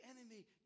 enemy